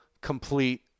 complete